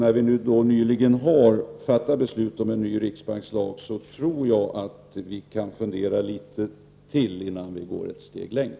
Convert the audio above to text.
När vi nyligen har fattat beslut om en ny riksbankslag, tror jag att vi kan fundera litet till innan vi går ett steg längre.